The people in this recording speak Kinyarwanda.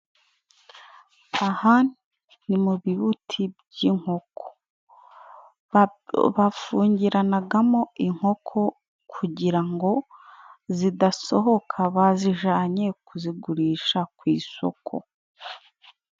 Aha ni mu bibuti by'inkoko. Bafungiranaga mo inkoko kugira ngo zidasohoka bazijanye kuzigurisha ku isoko.